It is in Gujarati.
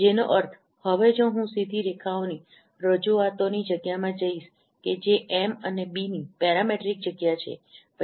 જેનો અર્થ હવે જો હું સીધી રેખાઓની રજૂઆતોની જગ્યામાં જઈશ કે જે એમ અને બીની પેરામેટ્રિક જગ્યા છે